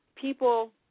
people